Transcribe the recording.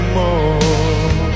more